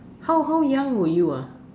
how how young were you ah